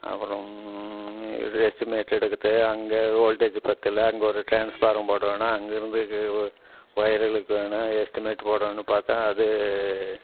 அப்புறம் எஸ்டிமேட் எடுக்கிறது அங்கே வோல்டேஜ் பற்றல அங்கே ஒரு டிரான்ஸ்ஃபாரம் போடணும் அங்கே இருந்து கு ஒயர் இழுக்கணும் எஸ்டிமேட் போடணும் பார்த்தா அது